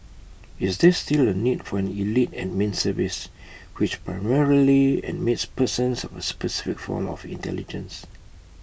is there still A need for an elite admin service which primarily admits persons of A specific form of intelligence